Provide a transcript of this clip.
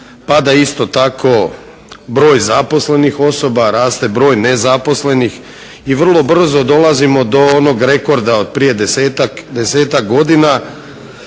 pada isto tako broj zaposlenih osoba, a raste broj nezaposlenih. I vrlo brzo dolazimo do onog rekorda od desetak godina.